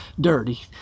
dirty